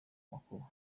makuba